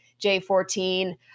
J14